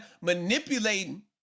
manipulating